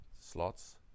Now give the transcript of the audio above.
slots